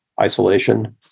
isolation